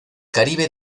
caribe